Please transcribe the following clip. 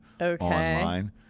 online